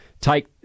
take